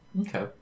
Okay